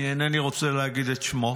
אינני רוצה להגיד את שמו: